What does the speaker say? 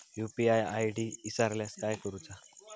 UPI ID इसरल्यास काय करुचा?